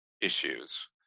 issues